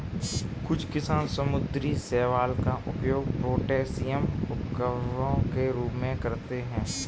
कुछ किसान समुद्री शैवाल का उपयोग पोटेशियम उर्वरकों के रूप में करते हैं